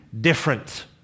different